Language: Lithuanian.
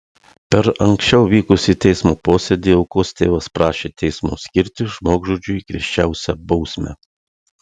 per anksčiau vykusį teismo posėdį aukos tėvas prašė teismo skirti žmogžudžiui griežčiausią bausmę